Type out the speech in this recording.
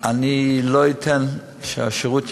אני לא אתן שהשירות ייפגע.